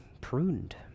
pruned